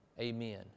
Amen